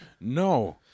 No